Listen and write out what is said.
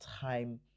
time